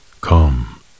Come